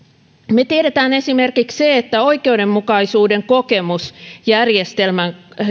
me tiedämme esimerkiksi sen että oikeudenmukaisuuden kokemus järjestelmän